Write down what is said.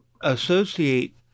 associate